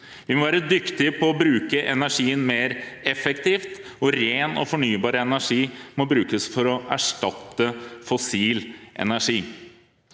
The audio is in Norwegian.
Vi må være dyktige til å bruke energien mer effektivt, og ren og fornybar energi må brukes for å erstatte fossil energi.